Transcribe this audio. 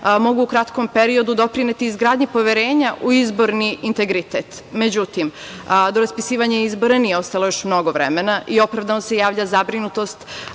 mogu u kratkom periodu doprineti izgradnji poverenja u izborni integritet. Međutim, do raspisivanja izbora nije ostalo još mnogo vremena i opravdano se javlja zabrinutost